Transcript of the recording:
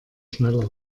schneller